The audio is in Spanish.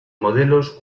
modelos